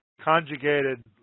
conjugated